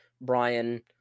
Brian